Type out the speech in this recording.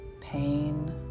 pain